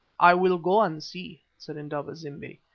i will go and see, said indaba-zimbi,